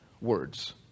words